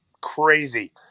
crazy